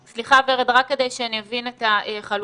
ורד, רק כדי שאני אבין את החלוקה.